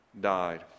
died